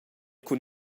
cun